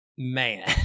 Man